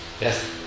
Yes